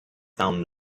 found